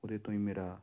ਉਹਦੇ ਤੋਂ ਹੀ ਮੇਰਾ